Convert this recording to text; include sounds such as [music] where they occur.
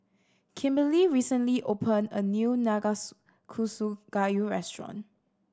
Kimberlee recently opened a new [unintelligible] gayu restaurant